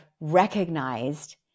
recognized